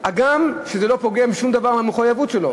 הגם שזה לא פוגם בשום דבר מהמחויבות שלו.